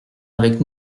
avec